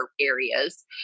areas